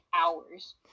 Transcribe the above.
hours